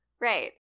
Right